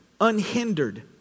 unhindered